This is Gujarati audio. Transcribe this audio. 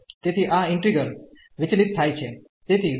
તેથી આ ઈન્ટિગ્રલ વિચલિત થાય છે તેથી વિચલન